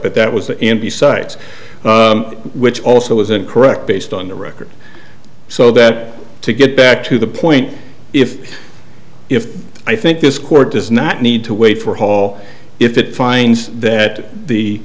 but that was in the sites which also isn't correct based on the record so that to get back to the point if if i think this court does not need to wait for hall if it finds that the